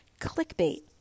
clickbait